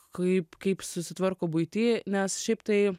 kaip kaip susitvarko buity nes šiaip tai